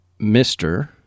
Mr